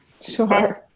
Sure